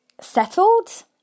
settled